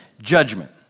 Judgment